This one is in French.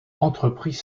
entrepris